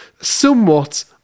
somewhat